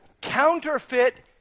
counterfeit